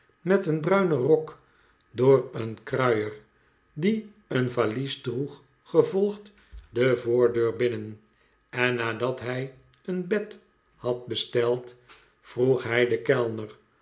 met een bruinen rok door een kruier die een valies droeg gevolgd de voordeur binnen en nadat hij een bed had besteld mevrouw winkle ontvangt bezoek vroeg hij den kellner